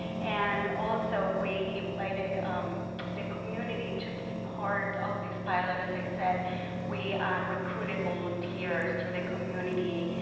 and also, we invited um the community to be part of this pilot. as i said we recruited volunteers through the community.